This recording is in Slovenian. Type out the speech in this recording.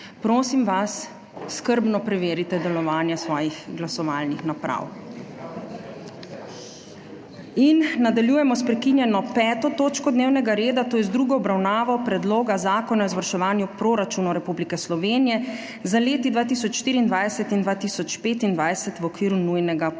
Prosim vas, skrbno preverite delovanje svojih glasovalnih naprav. Nadaljujemo sprekinjeno 5. točko dnevnega reda, to je z drugo obravnavo Predloga zakona o izvrševanju proračunov Republike Slovenije za leti 2024 in 2025 v okviru nujnega postopka.